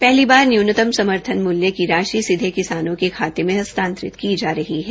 पहली बार न्यूनतम समर्थन मूल्य की राशि सीधे किसानों के खाते में हस्तांतरित की जा रही है